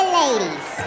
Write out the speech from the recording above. ladies